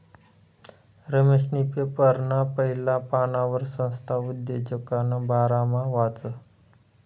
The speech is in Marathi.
रमेशनी पेपरना पहिला पानवर संस्था उद्योजकताना बारामा वाचं